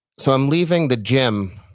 so i'm leaving the gym.